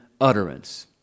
utterance